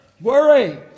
worry